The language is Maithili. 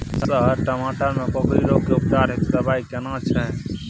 सर टमाटर में कोकरि रोग के उपचार हेतु दवाई केना छैय?